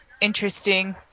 interesting